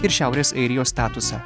ir šiaurės airijos statusą